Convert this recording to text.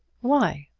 why?